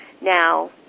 Now